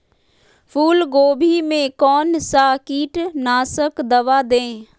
फूलगोभी में कौन सा कीटनाशक दवा दे?